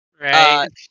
Right